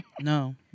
no